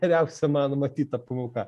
geriausia mano matyta pamoka